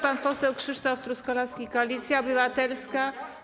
Pan poseł Krzysztof Truskolaski, Koalicja Obywatelska.